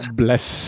bless